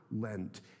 Lent